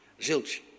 Zilch